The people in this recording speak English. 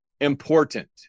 important